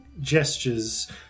gestures